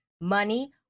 money